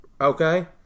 Okay